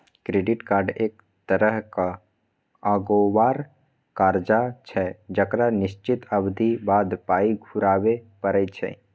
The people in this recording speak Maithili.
क्रेडिट कार्ड एक तरहक अगोबार करजा छै जकरा निश्चित अबधी बाद पाइ घुराबे परय छै